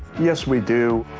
yes, we do.